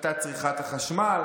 והפחתת צריכת החשמל.